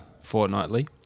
fortnightly